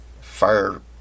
fire